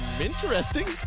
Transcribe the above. interesting